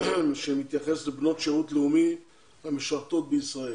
שמתייחס לבנות שירות לאומי המשרתות בישראל.